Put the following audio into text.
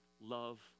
love